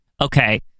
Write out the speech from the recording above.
okay